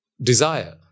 desire